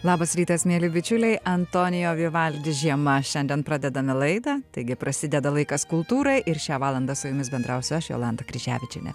labas rytas mieli bičiuliai antonijo vivaldi žiema šiandien pradedame laidą taigi prasideda laikas kultūrai ir šią valandą su jumis bendrausiu aš jolanta kryževičienė